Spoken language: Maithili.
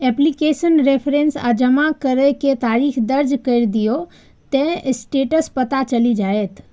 एप्लीकेशन रेफरेंस आ जमा करै के तारीख दर्ज कैर दियौ, ते स्टेटस पता चलि जाएत